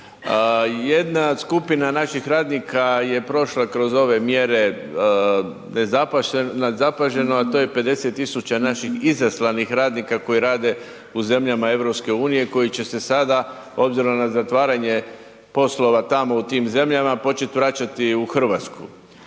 Jedna skupina naših radnika je prošla kroz ove mjere nezapaženo, a to je 50.000 naših izaslanih radnika koji rade u zemljama EU koji će se sada obzirom na zatvaranje poslova tamo u tim zemljama počet vraćati u Hrvatsku